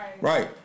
Right